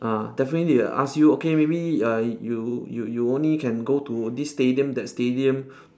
ah definitely need to ask you okay maybe uh you you you only can go to this stadium that stadium